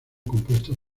compuestos